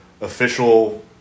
official